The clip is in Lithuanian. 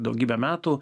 daugybę metų